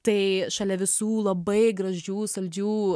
tai šalia visų labai gražių saldžių